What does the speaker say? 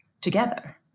together